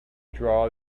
draw